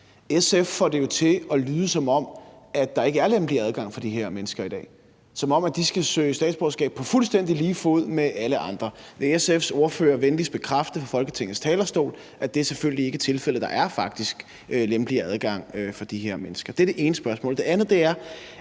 SF får det jo til at lyde, som om der ikke er lempeligere adgang for de her mennesker i dag, som om de skal søge statsborgerskab fuldstændig på lige fod med alle andre. Vil SF's ordfører venligst bekræfte fra Folketingets talerstol, at det selvfølgelig ikke er tilfældet? Der er faktisk lempeligere adgang for de her mennesker. Det er det ene. Det andet er,